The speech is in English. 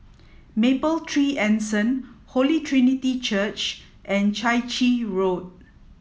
Mapletree Anson Holy Trinity Church and Chai Chee Road